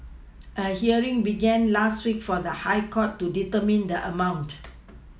a hearing began last week for the high court to determine the amount